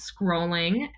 scrolling